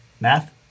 Math